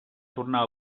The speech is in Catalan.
tornar